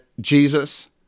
Jesus